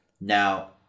Now